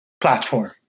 platform